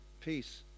peace